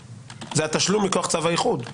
זה התשלום מכוח צו האיחוד היו נסגרים?